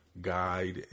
guide